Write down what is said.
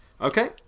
Okay